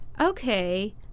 Okay